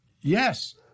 Yes